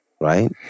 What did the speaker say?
right